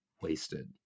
wasted